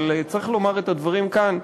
אבל צריך לומר את הדברים כאן,